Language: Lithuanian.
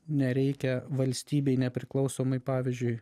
nereikia valstybei nepriklausomai pavyzdžiui